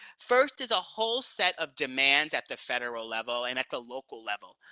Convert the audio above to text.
first is a whole set of demands at the federal level and at the local level.